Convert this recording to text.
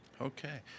Okay